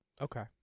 Okay